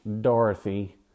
Dorothy